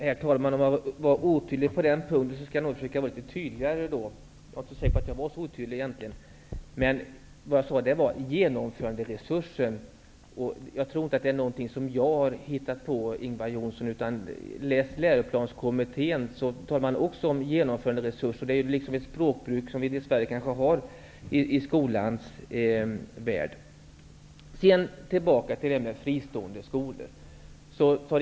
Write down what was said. Herr talman! Om jag var otydlig på en punkt, skall jag försöka förtydliga vad jag sade. Jag är inte säker på att jag var så otydlig egentligen. Jag sade ''genomföranderesursen'', och jag tror inte att det är någonting som jag har hittat på, Ingvar Johnsson. Läs läroplanskommitténs betänkande, där man också använder det uttrycket. Så det språkbruket har vi -- kanske dess värre -- i skolans värld. Sedan tillbaka till ämnet fristående skolor.